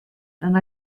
and